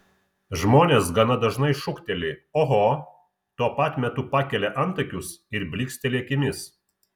žmonės gana dažnai šūkteli oho tuo pat metu pakelia antakius ir blyksteli akimis